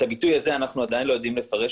את הביטוי הזה אנחנו עדיין לא יודעים לפרש,